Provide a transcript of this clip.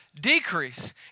decrease